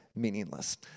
meaningless